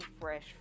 fresh